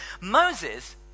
Moses